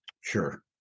sure